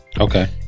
Okay